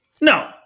No